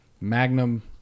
magnum